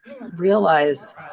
realize